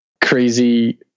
crazy